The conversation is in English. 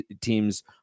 teams